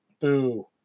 boo